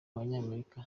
abanyamerika